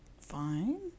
fine